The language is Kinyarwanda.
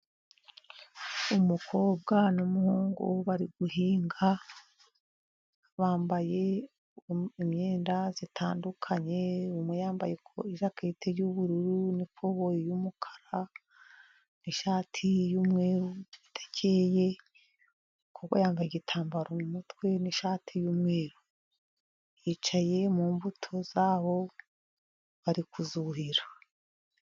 Umukobwa n'umuhungu bari guhinga, bambaye imyenda itandukanye, umwe yambaye ijakete y'ubururu n'ikoboyi y'umukara, n'ishati y'umweru idakeye, umukobwa yambaye igitambaro mu mutwe n'ishati y'umweru. Yicaye mu mbuto za bo bari kuzuhira.